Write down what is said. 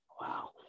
Wow